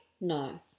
No